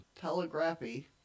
telegraphy